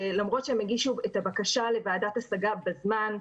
שלמרות שהם הגישו את הבקשה לוועדת ההשגה בזמן,